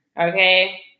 Okay